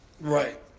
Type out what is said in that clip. Right